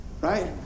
Right